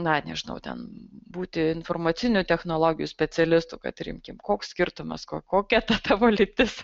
na nežinau ten būti informacinių technologijų specialistu kad ir imkim koks skirtumas ko kokia ta tavo lytis